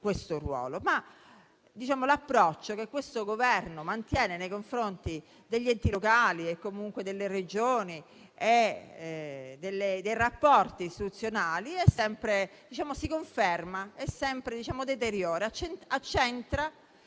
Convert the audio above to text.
L'approccio che il Governo mantiene nei confronti degli enti locali, delle Regioni e dei rapporti istituzionali si conferma deteriore, accentra